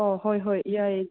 ꯑꯣ ꯍꯣꯏ ꯍꯣꯏ ꯌꯥꯏ